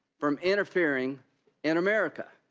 from interfering in america.